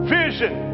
vision